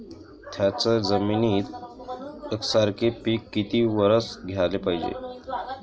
थ्याच जमिनीत यकसारखे पिकं किती वरसं घ्याले पायजे?